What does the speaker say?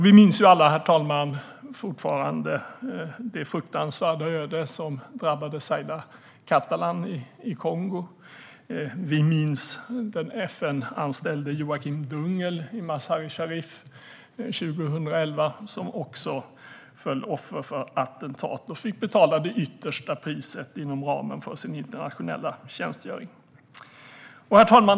Vi minns alla det fruktansvärda öde som drabbade Zaida Catalán i Kongo. Vi minns den FN-anställde Joakim Dungel i Mazar-i-Sharif 2011, som också föll offer för ett attentat. De fick betala det yttersta priset inom ramen för sin internationella tjänstgöring. Herr talman!